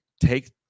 take